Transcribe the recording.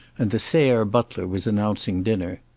and the sayre butler was announcing dinner.